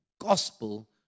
gospel